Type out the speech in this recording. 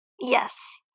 Yes